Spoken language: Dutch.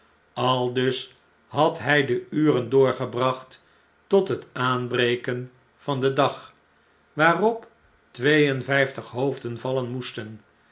aldus had h i de uren doorgebracht tot het aanbreken van den dag waarop twee en vn'ftig hoofden vallen moesten